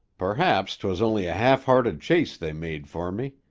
perhaps twas only a half-hearted chase they made fer me.